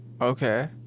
Okay